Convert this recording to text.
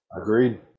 Agreed